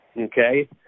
okay